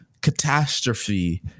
catastrophe